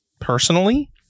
personally